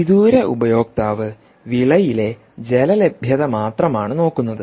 വിദൂര ഉപയോക്താവ് വിളയിലെ ജല ലഭ്യത മാത്രമാണ് നോക്കുന്നത്